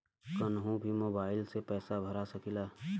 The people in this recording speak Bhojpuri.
कन्हू भी मोबाइल के पैसा भरा सकीला?